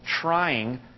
trying